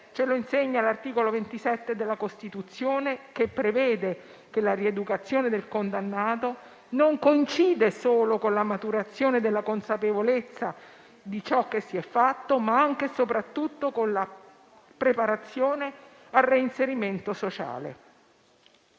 Ce lo insegna l'articolo 27 della Costituzione, che prevede che la rieducazione del condannato non coincida solo con la maturazione della consapevolezza di ciò che si è fatto, ma anche e soprattutto con la preparazione al reinserimento sociale.